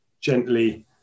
gently